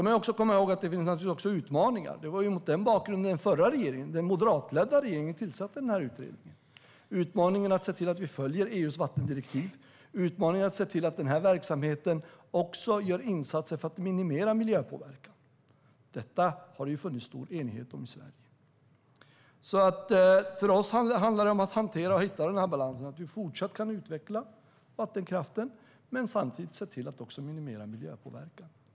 Man ska komma ihåg att det också finns utmaningar. Det var mot den bakgrunden som den förra moderatledda regeringen tillsatte utredningen. Utmaningen är att se till att vi följer EU:s vattendirektiv och att se till att den här verksamheten också gör insatser för att minimera miljöpåverkan. Detta har det funnits stor enighet om i Sverige. För oss handlar det om att hantera och hitta balansen så att vi fortsatt kan utveckla vattenkraften, men vi ska samtidigt se till att minimera miljöpåverkan.